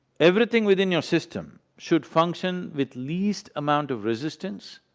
everything within your system should function with least amount of resistance,